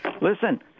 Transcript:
Listen